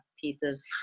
pieces